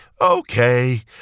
okay